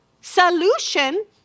solution